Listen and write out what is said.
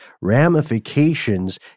ramifications